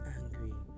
angry